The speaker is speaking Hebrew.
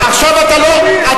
הוא שמע בפעם הראשונה.